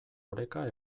oreka